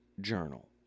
journal